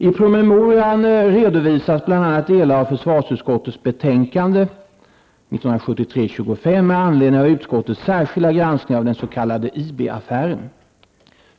I promemorian redovisades bl.a. delar av försvarsutskottets betänkande med anledning av utskottets särskilda granskning av den s.k. IB-affären.